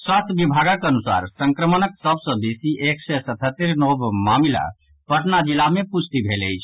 स्वास्थ्य विभागक अनुसार संक्रमणक सभ सँ बेसी एक सय सतहत्तरि नव मामिला पटना जिला मे पुष्टि भेल अछि